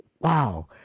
Wow